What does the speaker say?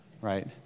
right